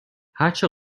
هرچه